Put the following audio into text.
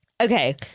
okay